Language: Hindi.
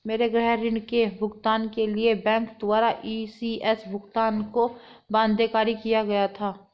मेरे गृह ऋण के भुगतान के लिए बैंक द्वारा इ.सी.एस भुगतान को बाध्यकारी किया गया था